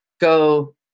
go